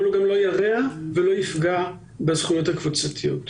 אבל הוא גם לא ירע ולא יפגע בזכויות הקבוצתיות,